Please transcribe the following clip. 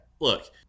look